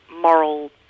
moral